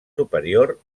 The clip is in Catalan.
superior